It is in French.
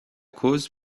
cause